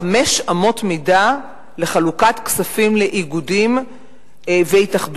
חמש אמות מידה לחלוקת כספים לאיגודים והתאחדויות: